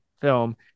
film